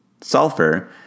Sulfur